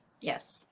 Yes